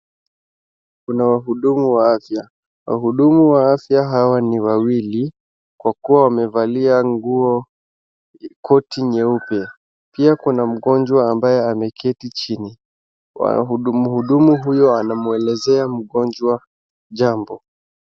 Kuna wahudumu wa afya ,wahudumuwa afya hawa ni wawili, kwa kuwa wamevalia nguo koti nyeupe, pia kuna mgonjwa ambaye ameketi chini mhudumu huyo anamwelezea mgonjwa jambo.